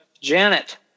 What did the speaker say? Janet